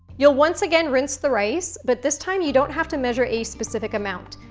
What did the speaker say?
you'll, once again, rinse the rice, but this time, you don't have to measure a specific amount.